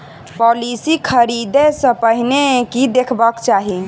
Policy खरीदै सँ पहिने की देखबाक चाहि?